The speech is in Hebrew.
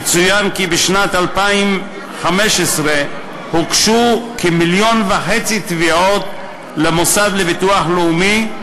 יצוין כי בשנת 2015 הוגשו כ-1.5 מיליון תביעות למוסד לביטוח לאומי,